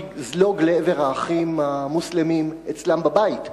לזלוג לעבר "האחים המוסלמים" אצלם בבית,